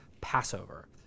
Passover